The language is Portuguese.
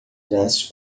braços